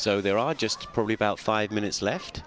so there are just probably about five minutes left